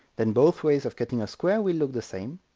then both ways of cutting a square will look the same,